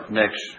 next